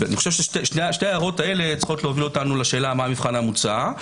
שתי ההערות האלה צריכות להוביל אותנו לשאלה מה המבחן המוצע.